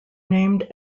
named